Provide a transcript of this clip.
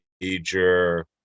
major